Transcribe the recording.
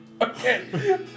Okay